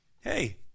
hey